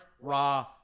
Raw